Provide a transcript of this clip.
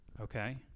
Okay